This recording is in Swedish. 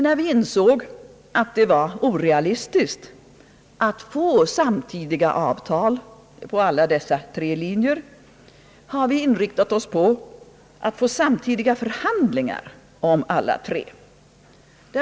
När vi insåg att det var orealistiskt att hoppas på samtidiga avtal på alla dessa tre linjer inriktade vi oss på att få samtidiga förhandlingar om alla tre.